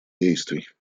действий